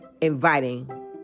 inviting